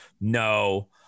No